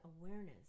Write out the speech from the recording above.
awareness